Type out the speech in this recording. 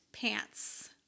Pants